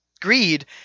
Greed